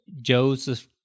Joseph